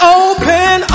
open